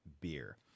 beer